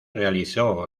realizó